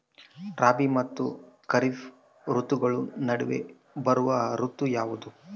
ರಾಬಿ ಮತ್ತು ಖಾರೇಫ್ ಋತುಗಳ ನಡುವೆ ಬರುವ ಋತು ಯಾವುದು?